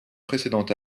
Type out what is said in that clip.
précédent